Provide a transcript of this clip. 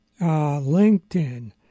LinkedIn